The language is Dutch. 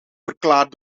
verklaard